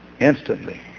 Instantly